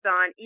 on